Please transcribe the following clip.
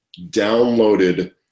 downloaded